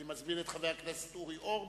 אני מזמין את חבר הכנסת אורי אורבך,